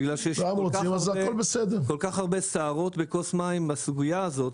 בגלל שיש כל כך הרבה סערות בכוס מים בסוגיה הזאת,